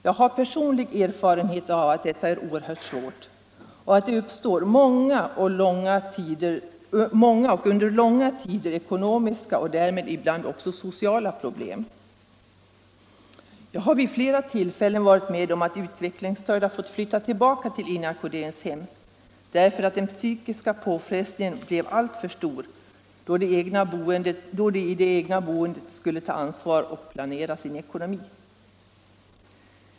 Jag har personlig erfarenhet av att detta är oerhört svårt och att det uppstår många och långvariga ekonomiska och därmed ibland också sociala problem. Jag har vid flera tillfällen varit med om att utvecklingsstörda fått flytta tillbaka till inackorderingshem, därför att den psykiska påfrestningen blev alltför stor då de i det egna boendet skulle ta ansvar för och planera sin ekonomi.